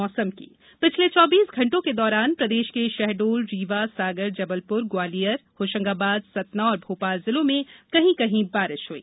मौसम पिछले चौबीस घण्टों के दौरान प्रदेश के शहडोल रीवा सागर जबलपुर ग्वालियर होशंगाबाद सतना और भोपाल जिलों में कहीं कहीं बारिश हुई